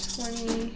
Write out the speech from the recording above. Twenty